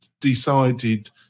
decided